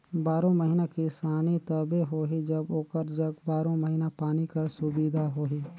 बारो महिना किसानी तबे होही जब ओकर जग बारो महिना पानी कर सुबिधा होही